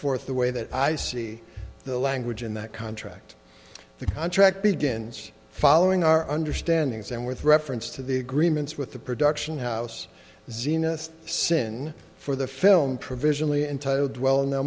forth the way that i see the language in that contract the contract begins following our understanding sam with reference to the agreements with the production house zenith sin for the film provisionally entitled well know